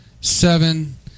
Seven